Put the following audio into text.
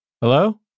hello